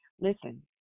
Listen